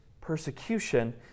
persecution